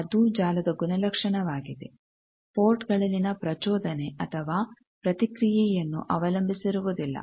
ಅದೂ ಜಾಲದ ಗುಣಲಕ್ಷಣವಾಗಿದೆ ಪೋರ್ಟ್ ಗಳಲ್ಲಿನ ಪ್ರಚೋದನೆ ಅಥವಾ ಪ್ರತಿಕ್ರಿಯೆಯನ್ನು ಅವಲಂಬಿಸಿರುವುದಿಲ್ಲ